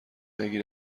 نگی